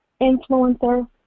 influencer